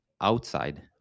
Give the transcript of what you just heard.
outside